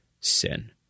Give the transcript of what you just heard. sin